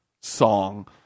song